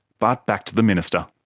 but back to the minister.